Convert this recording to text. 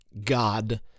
god